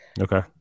Okay